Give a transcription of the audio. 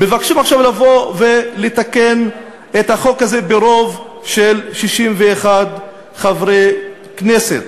מבקשים עכשיו לבוא ולתקן את החוק הזה ברוב של 61 חברי כנסת.